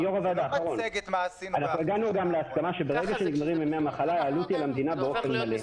הגענו להסכמה שברגע שנגמרים ימי המחלה העלות היא על המדינה באופן מלא.